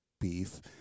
Beef